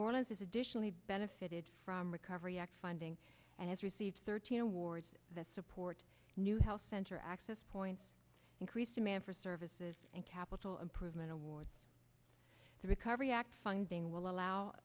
orleans is additionally benefited from recovery act funding and has received thirteen awards that support new health center access points increased demand for services and capital improvement award the recovery act funding will allow